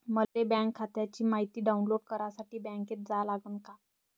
मले बँक खात्याची मायती डाऊनलोड करासाठी बँकेत जा लागन का?